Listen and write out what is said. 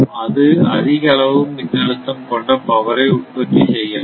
அது அதிக அளவு மின்னழுத்தம் கொண்ட பவரை உற்பத்தி செய்யலாம்